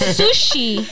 sushi